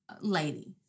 lady